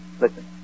Listen